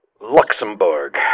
Luxembourg